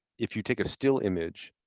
if you take a still image,